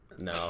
No